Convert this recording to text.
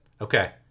Okay